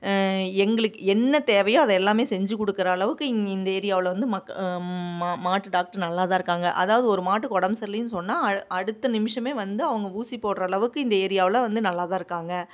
எங்களுக்கு என்ன தேவையோ அதையெல்லாமே செஞ்சு கொடுக்குற அளவுக்கு இங் இந்த ஏரியாவில் வந்து மக் மா மாட்டு டாக்டர் நல்லா தான் இருக்காங்க அதாவது ஒரு மாட்டுக்கு ஒடம்பு சரியில்லைன்னு சொன்னால் அ அடுத்த நிமிடமே வந்து அவங்க ஊசி போடுற அளவுக்கு இந்த ஏரியாவில் வந்து நல்லா தான் இருக்காங்க